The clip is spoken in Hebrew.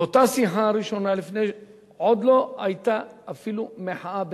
באותה שיחה ראשונה עוד לא היתה אפילו מחאה.